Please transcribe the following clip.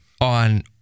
on